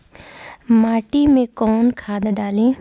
माटी में कोउन खाद डाली?